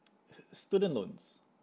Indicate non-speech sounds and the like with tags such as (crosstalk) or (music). (noise) student loans